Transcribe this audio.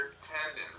tendon